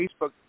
Facebook